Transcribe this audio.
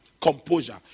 Composure